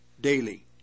daily